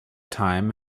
time